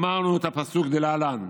אמרנו את הפסוק דלהלן: